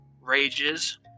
Rages